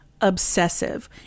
obsessive